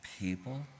people